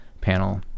panel